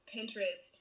Pinterest